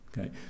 Okay